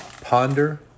ponder